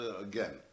again